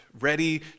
ready